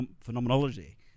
phenomenology